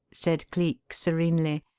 said cleek serenely.